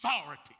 authority